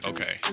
Okay